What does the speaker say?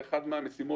זאת אחת המשימות